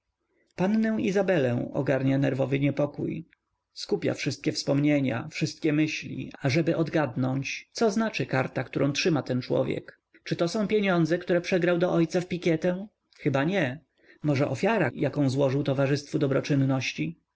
pannę izabelę ogarnia nerwowy niepokój skupia wszystkie wspomnienia wszystkie myśli ażeby odgadnąć co znaczy karta którą trzyma ten człowiek czy to są pieniądze które przegrał do ojca w pikietę chyba nie może ofiara jaką złożył towarzystwu